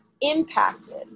impacted